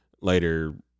later